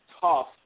tough